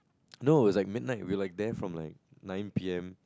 no it was like midnight we were like there from like nine P_M